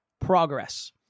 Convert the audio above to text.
progress